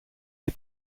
les